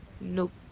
nope